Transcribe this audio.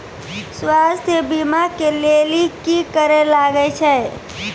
स्वास्थ्य बीमा के लेली की करे लागे छै?